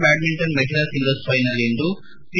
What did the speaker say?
badminton ಮಹಿಳಾ singles final ಇಂದು P